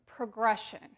progression